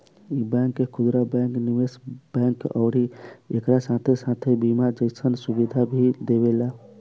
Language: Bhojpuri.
इ बैंक खुदरा बैंक, निवेश बैंक अउरी एकरा साथे साथे बीमा जइसन सुविधा भी देवेला